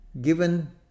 Given